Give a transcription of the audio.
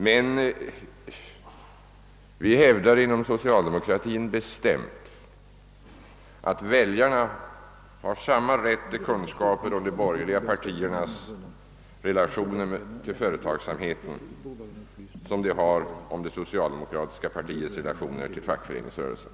Men inom socialdemokratin hävdar vi bestämt att väljarna skall ha samma rätt till kunskap om de borgerliga partiernas relationer till företagsamheten som de har om det socialdemokratiska partiets relationer till fackföreningsrörelsen.